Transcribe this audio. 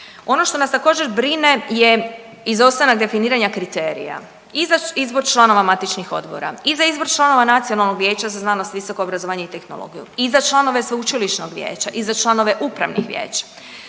Ono što nas također brine je izostanak definiranja kriterija i za izbor članova matičnih odbora i za izbor članova Nacionalnog vijeća za znanost, visoko obrazovanje i tehnologiju i za članove sveučilišnog vijeća i za članove upravnih vijeća,